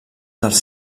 dels